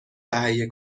تهیه